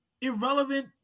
irrelevant